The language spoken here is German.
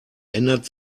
ändert